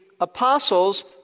apostles